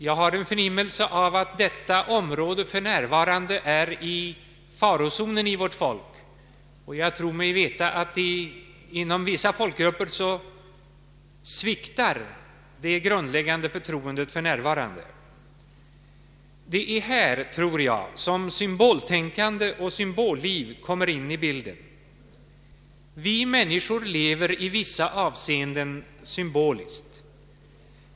Jag har en förnimmelse av att detta område för närvarande är i farozonen i vårt folk, och jag tror mig veta att detta grundläggande förtroende för närvarande sviktar inom vissa folkgrupper. Det är här, tror jag, som symboltänkande och symbolliv kommer in i bilden. Vi människor lever i vissa avseenden symboliskt.